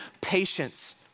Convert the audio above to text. patience